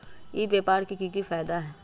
ई व्यापार के की की फायदा है?